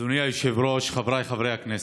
אדוני היושב-ראש, חבריי חברי הכנסת,